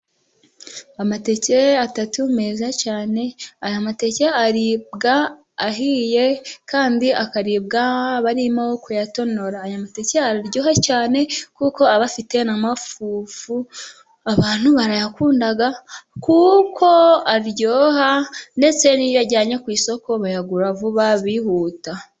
Amateke atatu meza cyane. Aya mateke aribwa ahiye kandi akaribwa barimo kuyatonora. Araryoha cyane kuko aba afite amafufu. Abantu barayakunda kuko aryoha ndetse n'iyo uyajyanye ku isoko bayagura vuba bihuta.